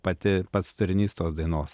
pati pats turinys tos dainos